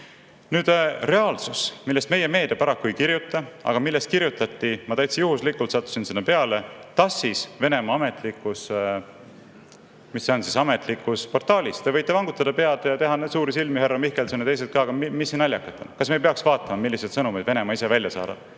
Nüüd reaalsus, millest meie meedia paraku ei kirjuta, aga millest kirjutati – ma täitsa juhuslikult sattusin peale – TASS‑is, Venemaa ametlikus portaalis. Te võite vangutada pead ja teha suuri silmi, härra Mihkelson ja teised ka. Aga mis siin naljakat on? Kas me ei peaks vaatama, milliseid sõnumeid Venemaa ise välja saadab?